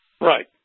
Right